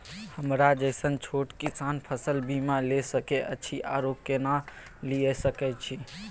हमरा जैसन छोट किसान फसल बीमा ले सके अछि आरो केना लिए सके छी?